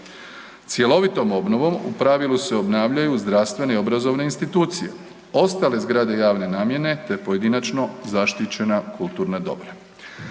Cjelovitom obnovom u pravilu se obnavljaju zdravstvene i obrazovne institucije. Ostale zgrade javne namjene te pojedinačno, zaštićena kulturna dobra.